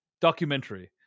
documentary